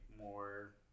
more